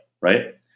right